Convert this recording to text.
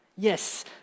Yes